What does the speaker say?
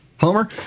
Homer